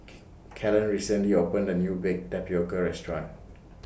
K Kellen recently opened A New Baked Tapioca Restaurant